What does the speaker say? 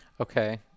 Okay